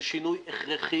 זה שינוי הכרחי,